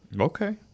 Okay